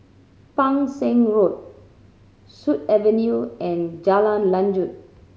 Pang Seng Road Sut Avenue and Jalan Lanjut